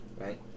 Right